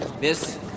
Miss